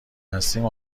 هستیم